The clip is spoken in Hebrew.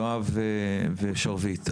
יואב ושרביט,